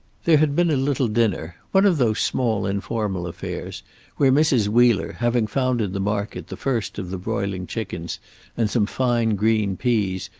there had been a little dinner, one of those small informal affairs where mrs. wheeler, having found in the market the first of the broiling chickens and some fine green peas,